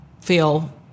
feel